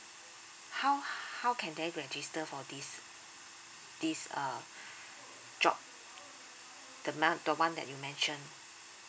how how can they register for this this uh job the month the one that you mentioned